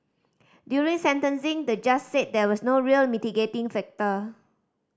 during sentencing the judge said there was no real mitigating factor